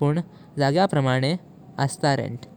पण जाग्यां प्रमाणे असता भाडे।